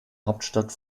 hauptstadt